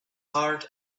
hard